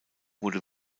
wurde